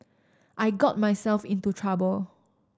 I got myself into trouble